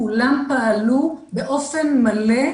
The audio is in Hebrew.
כולם פעלו באופן מלא,